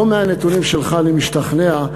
לא מהנתונים שלך אני משתכנע.